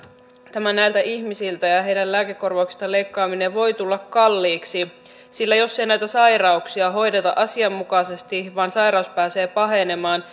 näiltä ihmisiltä ja ja heidän lääkekorvauksistaan leikkaaminen voi tulla kalliiksi sillä jos näitä sairauksia ei hoideta asianmukaisesti vaan sairaus pääsee pahenemaan